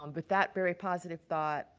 um but that very positive thought,